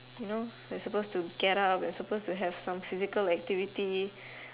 you know you're supposed to get up you're supposed to have some physical activity